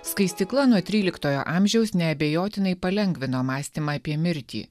skaistykla nuo tryliktojo amžiaus neabejotinai palengvino mąstymą apie mirtį